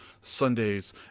Sundays